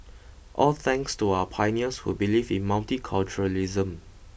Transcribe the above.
all thanks to our pioneers who believed in multiculturalism